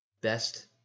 best